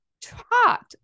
taught